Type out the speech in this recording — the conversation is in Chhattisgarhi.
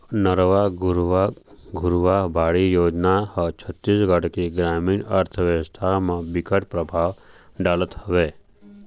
नरूवा, गरूवा, घुरूवा, बाड़ी योजना ह छत्तीसगढ़ के गरामीन अर्थबेवस्था म बिकट परभाव डालत हवय